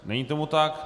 Není tomu tak.